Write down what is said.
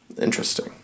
Interesting